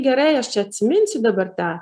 gerai aš čia atsiminsiu dabar tą